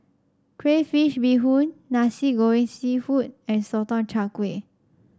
Crayfish Beehoon Nasi Goreng seafood and Sotong Char Kway